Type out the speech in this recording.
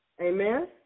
Amen